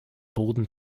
boden